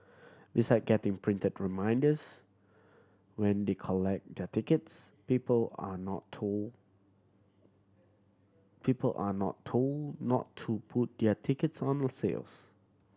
besides getting printed reminders when they collect their tickets people are told people are not told not to put their tickets on the sales